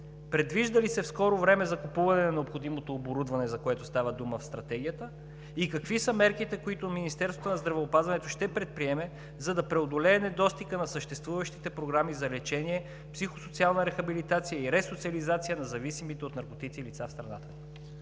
предвижда ли се в скоро време закупуване на необходимото оборудване, за което става дума в Стратегията, и какви са мерките, които Министерството на здравеопазването ще предприеме, за да преодолее недостига на съществуващите програми за лечение, психосоциална рехабилитация и ресоциализация на зависимите от наркотици лица в страната?